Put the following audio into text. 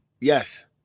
Yes